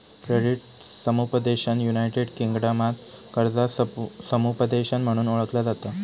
credit समुपदेशन United किंगडमात कर्जा समुपदेशन म्हणून ओळखला जाता